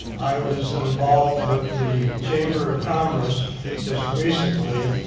i was involved with the chamber of commerce just recently,